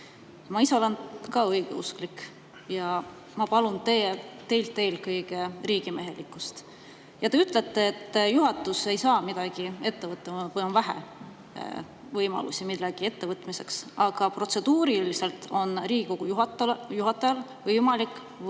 Ma ise olen ka õigeusklik ja ma palun teilt eelkõige riigimehelikkust. Te ütlete, et juhatus ei saa midagi ette võtta või on vähe võimalusi millegi ettevõtmiseks. Aga protseduuriliselt on Riigikogu juhatajal võimalik võtta